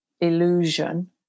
illusion